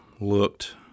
looked